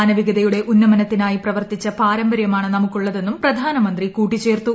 മാനവികതയുടെ ഉന്നമനത്തിനായി പ്രവർത്തിച്ച പാരമ്പര്യമാണ് നമുക്കുള്ളതെന്നും പ്രധാനമന്ത്രി കൂട്ടിച്ചേർത്തു